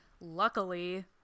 luckily